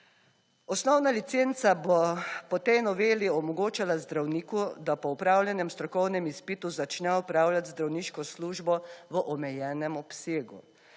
Osnovna licenca bo po tej noveli omogočala zdravniku, da po opravljenem strokovnem izpitu začne opravljati zdravniško službo v omejenem obsegu.